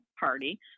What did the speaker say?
party